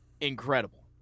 incredible